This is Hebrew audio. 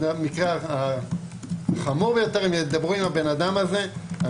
במקרה החמור יותר הם ידברו עם האדם הזה אני